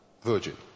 Virgin